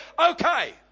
Okay